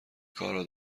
کارها